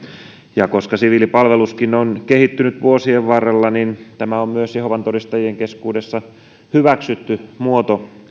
ja koska siviilipalveluskin on kehittynyt vuosien varrella niin tämä on myös jehovan todistajien keskuudessa hyväksytty muoto